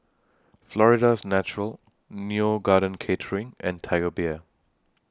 Florida's Natural Neo Garden Catering and Tiger Beer